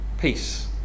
Peace